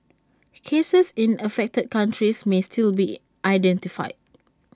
cases in the affected countries may still be identified